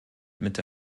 mitte